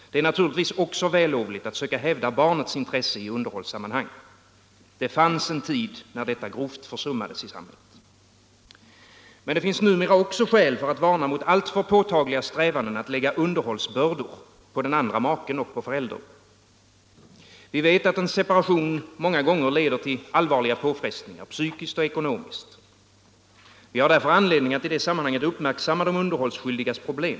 Det är naturligtvis också vällovligt att söka hävda barnets intressen i ett underhållssammanhang. Det fanns en tid när detta grovt försummades i samhället. Men numera finns det också skäl att varna för alltför påtagliga strävanden att lägga underhållsbördor på den andra maken och föräldern. Vi vet att en separation många gånger leder till allvarliga påfrestningar såväl psykiskt som ekonomiskt. Vi har därför anledning att i sammanhanget uppmärksamma de underhållsskyldigas problem.